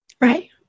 Right